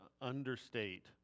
understate